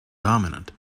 dominant